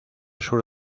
sur